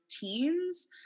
teens